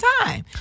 time